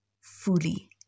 fully